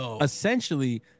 essentially